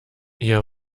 ihr